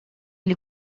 ele